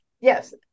Yes